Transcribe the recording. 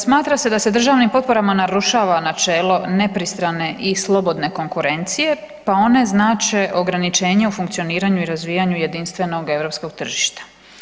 Smatra se da se državnim potporama narušava načelo nepristrane i slobodne konkurencije pa one znače ograničenje u funkcioniranju i razvijanju jedinstvenog europskog tržišta.